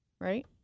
right